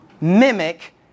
mimic